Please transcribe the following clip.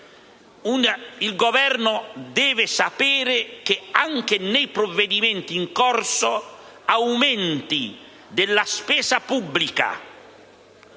Il Governo deve sapere che, anche nei provvedimenti in corso, aumenti della spesa pubblica,